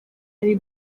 hari